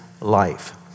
life